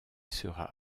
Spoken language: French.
sera